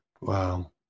Wow